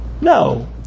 No